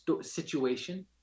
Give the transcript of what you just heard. situation